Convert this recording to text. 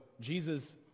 Jesus